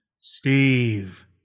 Steve